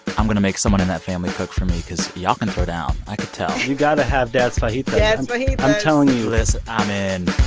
i'm going to make someone in that family cook for me cause y'all can throw down. i could tell you got to have dad's fajitas. i'm. dad's fajitas i'm telling you. listen, i'm in